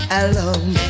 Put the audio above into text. alone